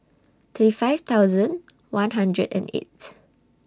thirty five thousand one hundred and eight